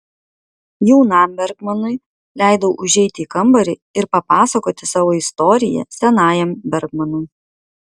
jaunam bergmanui leidau užeiti į kambarį ir papasakoti savo istoriją senajam bergmanui